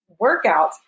workouts